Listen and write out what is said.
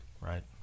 Right